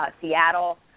seattle